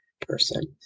person